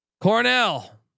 Cornell